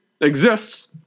exists